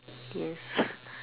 yes